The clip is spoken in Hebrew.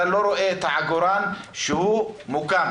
אתה לא רואה את העגורן כשהוא מוקם.